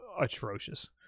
atrocious